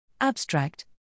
Abstract